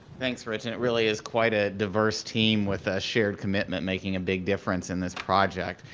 thanks rich and it really is quite a diverse team with a shared commitment making a big difference in this project.